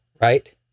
right